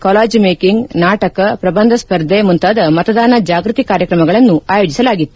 collage making ನಾಟಕ ಪ್ರಬಂಧ ಸ್ಪರ್ಧೆಗಳ ಮೂಲಕ ಮತದಾನ ಜಾಗೃತಿ ಕಾರ್ಯಕ್ರಮಗಳನ್ನು ಆಯೋಜಿಸಲಾಗಿತ್ತು